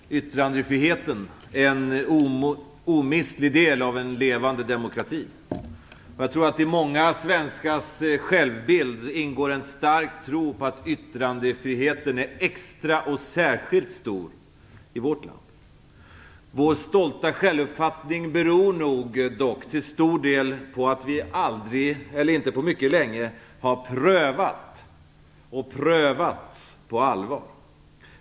Fru talman! Yttrandefriheten är en omistlig del av en levande demokrati. Jag tror att det i många svenskars självbild ingår en stark tro på att yttrandefriheten är extra stor i vårt land. Vår stolta självuppfattning beror nog dock till stor del på att vi inte på mycket länge har prövat och prövats på allvar.